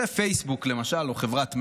פייסבוק, למשל, או חברת מטא,